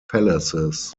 palaces